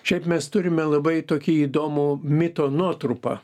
šiaip mes turime labai tokį įdomų mito nuotrupą